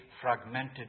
fragmented